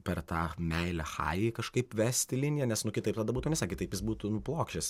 per tą meilę chajai kažkaip vesti liniją nes nu kitaip tada būtų nesakę taip jis būtų nu plokščias